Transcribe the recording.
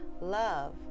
love